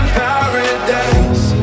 paradise